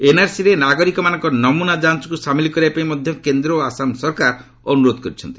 ଏନ୍ଆର୍ସିରେ ନାଗରିକମାନଙ୍କ ନମୁନା ଯାଞ୍ଜୁ ସାମିଲ କରିବା ପାଇଁ ମଧ୍ୟ କେନ୍ଦ୍ର ଓ ଆସାମ ସରକାର ଅନ୍ତରୋଧ କରିଛନ୍ତି